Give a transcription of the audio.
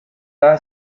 non